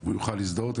הוא יוכל להזדהות.